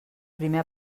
primer